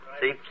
See